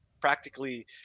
practically